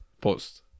post